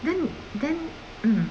then then mm